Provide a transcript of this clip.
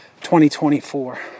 2024